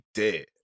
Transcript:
dead